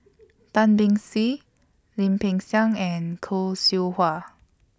Tan Beng Swee Lim Peng Siang and Khoo Seow Hwa